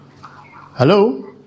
Hello